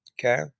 okay